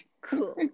Cool